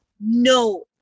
no